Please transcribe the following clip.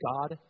God